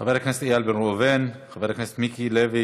חבר הכנסת איל בן ראובן, חבר הכנסת מיקי לוי,